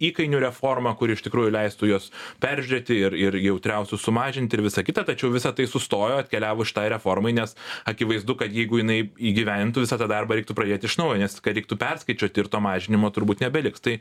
įkainių reformą kuri iš tikrųjų leistų juos peržiūrėti ir ir jautriausius sumažint ir visa kita tačiau visa tai sustojo atkeliavus šitai reformai nes akivaizdu kad jeigu jinai įgyvendintų visą tą darbą reiktų pradėt iš naujo nes viską reiktų perskaičiuot ir to mažinimo turbūt nebeliks tai